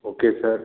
okay sir